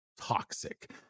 toxic